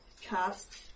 cast